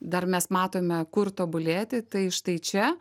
dar mes matome kur tobulėti tai štai čia